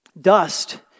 dust